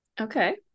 okay